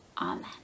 Amen